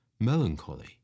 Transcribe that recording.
melancholy